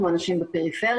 כמו אנשים בפריפריה,